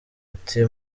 ati